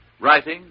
Writing